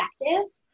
effective